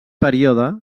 període